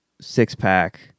Six-pack